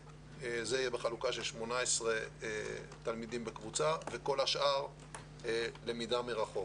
בחלוקה של 18 תלמידים בקבוצה ובשאר הימים למידה מרחוק.